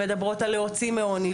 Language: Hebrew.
שמדברות על להוציא מעוני,